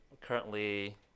currently